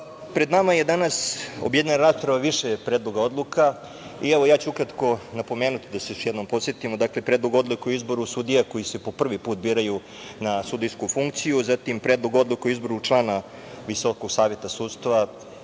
pred nama je danas objedinjena rasprava više predloga odluka i ja ću ukratko napomenuti da se još jednom podsetimo, dakle - Predlog odluke o izboru sudija koji se po prvi put biraju na sudijsku funkciju, zatim Predlog odluke o izboru člana Visokog saveta sudstva,